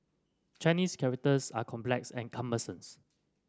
Chinese characters are complex and